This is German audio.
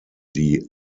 die